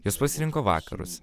jos pasirinko vakarus